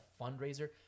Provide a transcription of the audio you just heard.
fundraiser